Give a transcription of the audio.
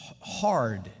hard